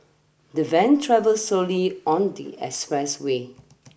the van travel slowly on the expressway